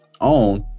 own